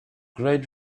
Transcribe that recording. great